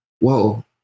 whoa